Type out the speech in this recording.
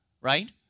right